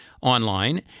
online